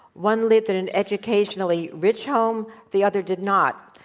one lived in an educationally rich home the other did not.